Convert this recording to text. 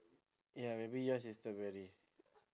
ya maybe yours is strawberry